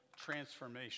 transformation